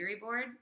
board